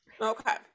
Okay